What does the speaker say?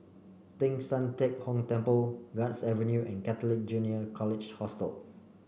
Teng San Tian Hock Temple Guards Avenue and Catholic Junior College Hostel